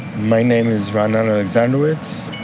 my name is ra'anan alexandrowicz.